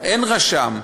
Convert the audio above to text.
אין רשם,